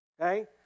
Okay